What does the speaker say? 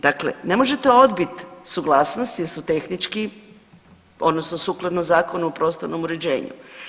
Dakle, ne možete odbit suglasnost jer su tehnički odnosno sukladno Zakonu o prostornom uređenju.